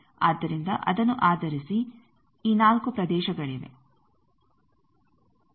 ಆದ್ದರಿಂದ ಅದನ್ನು ಆಧರಿಸಿ ಈ ನಾಲ್ಕು ಪ್ರದೇಶಗಳಿವೆ